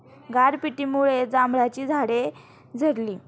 गारपिटीमुळे जांभळाची झाडे झडली